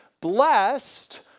blessed